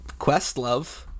Questlove